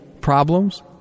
problems